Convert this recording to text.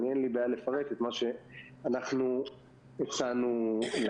אין לי בעיה לפרט מה שהצענו להם.